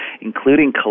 including